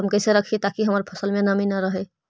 हम कैसे रखिये ताकी हमर फ़सल में नमी न रहै?